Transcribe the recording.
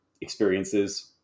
experiences